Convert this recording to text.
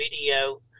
video